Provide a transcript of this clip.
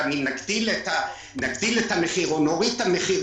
גם אם נגדיל את המחיר או נוריד את המחיר,